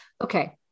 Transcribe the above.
okay